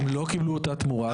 הם לא קיבלו אותה תמורה.